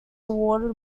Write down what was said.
awarded